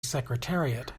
secretariat